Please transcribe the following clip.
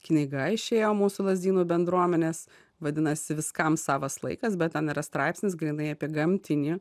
knyga išėjo mūsų lazdynų bendruomenės vadinasi viskam savas laikas bet ten yra straipsnis grynai apie gamtinį